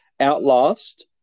Outlast